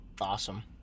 Awesome